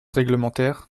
réglementaire